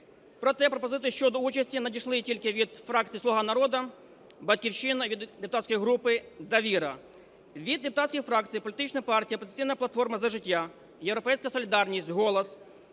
проте пропозиції щодо участі надійшли тільки від фракцій "Слуга народу", "Батьківщина", від депутатської групи "Довіра". Від депутатських фракцій політична партія "Опозиційна платформа - За життя", "Європейська солідарність", "Голос"